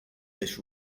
this